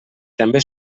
també